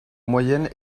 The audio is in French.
moyenne